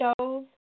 shows